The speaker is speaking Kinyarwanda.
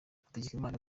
hategekimana